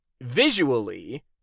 visually